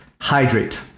hydrate